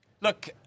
Look